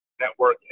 network